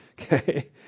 Okay